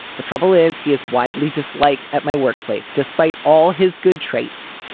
the trouble is he is widely disliked at my workplace despite all his good traits.